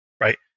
right